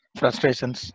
frustrations